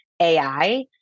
AI